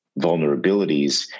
vulnerabilities